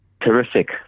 Terrific